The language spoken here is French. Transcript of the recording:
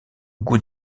goût